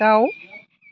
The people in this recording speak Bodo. दाउ